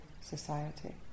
society